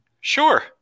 Sure